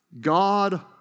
God